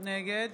נגד